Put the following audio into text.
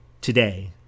today